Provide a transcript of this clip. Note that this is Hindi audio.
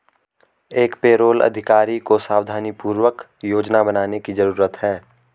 एक पेरोल अधिकारी को सावधानीपूर्वक योजना बनाने की जरूरत है